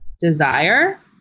desire